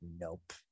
Nope